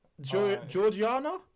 Georgiana